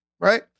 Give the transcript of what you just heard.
right